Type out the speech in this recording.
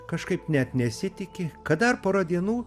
kažkaip net nesitiki kad dar pora dienų